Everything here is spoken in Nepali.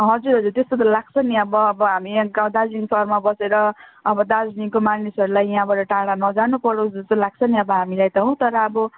हजुर त्यस्तो त लाग्छ नि अब अब हामी यहाँ गाउँ दार्जिलिङ सहरमा बसेर अब दार्जिलिङको मानिसहरूलाई यहाँबाट टाढा नजानु परोस् जस्तो लाग्छ नि अब हामीलाई त हो तर अब